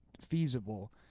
feasible